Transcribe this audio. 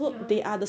ya